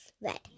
red